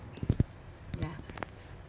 yeah